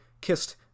kissed